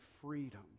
freedom